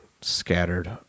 scattered